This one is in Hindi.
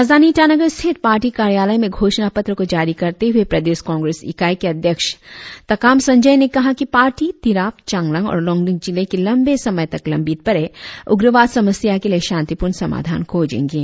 राजधानी ईटानगर स्थित पार्टी कार्यालय में घोषणा पत्र को जारी करते हुए प्रदेश कांग्रेस इकाई के अध्यक्ष ताकाम संजोय ने कहा कि पार्टी तिराप चांगलांग और लोंगडिंग जिले के लंबे समय तक लंबित पड़े अग्रवाद समस्या के लिए शांतिपूर्ण समाधान खोंजेंगे